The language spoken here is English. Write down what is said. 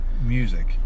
music